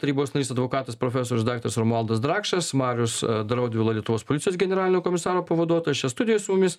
tarybos narys advokatas profesorius daktaras romualdas drakšas marius draudvila lietuvos policijos generalinio komisaro pavaduotojas čia studijoj su mumis